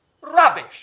Rubbish